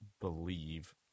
believe